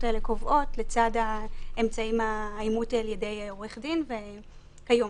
האלה קובעות לצד האמצעים של אימות על-ידי עורך דין כיום.